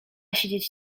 siedzieć